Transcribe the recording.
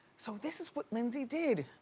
so this is what lindsey did.